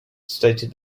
stated